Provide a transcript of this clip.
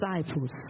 disciples